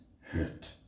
hurt